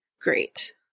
great